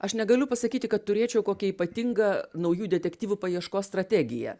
aš negaliu pasakyti kad turėčiau kokią ypatingą naujų detektyvų paieškos strategiją